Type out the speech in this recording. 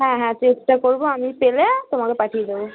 হ্যাঁ হ্যাঁ চেষ্টা করবো আমি পেলে তোমাকে পাঠিয়ে দেবো